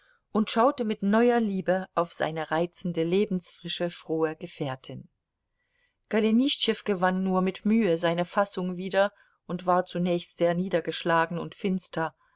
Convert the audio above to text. und schaute mit neuer liebe auf seine reizende lebensfrische frohe gefährtin golenischtschew gewann nur mit mühe seine fassung wieder und war zunächst sehr niedergeschlagen und finster